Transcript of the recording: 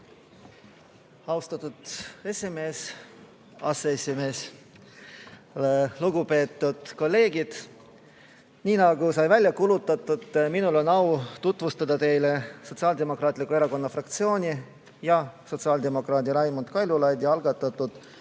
Austatud aseesimees! Lugupeetud kolleegid! Nii nagu sai välja kuulutatud, on mul au tutvustada teile Sotsiaaldemokraatliku Erakonna fraktsiooni ja sotsiaaldemokraat Raimond Kaljulaidi algatatud